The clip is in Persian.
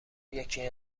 یکی